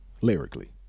lyrically